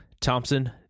Thompson